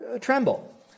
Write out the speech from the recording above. tremble